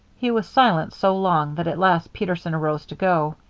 he was silent so long that at last peterson arose to go.